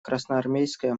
красноармейская